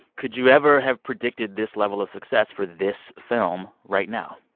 could you ever have predicted this level of success for this film right now?